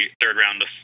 third-round